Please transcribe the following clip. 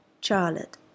Charlotte